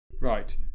Right